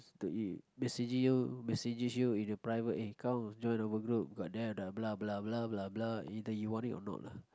~s message you messages you in the private in come join our group got that blah blah blah blah either you want it or not lah